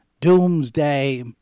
Doomsday